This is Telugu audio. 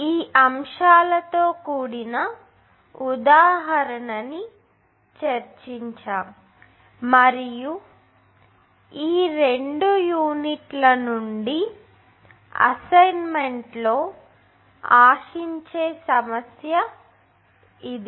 ఈ అంశాలతో కూడిన ఉదాహరణ ని చర్చిస్తాము మరియు ఈ 2 యూనిట్ల నుండి అసైన్మెంట్ లో ఆశించే సమస్య ఇది